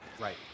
Right